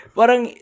parang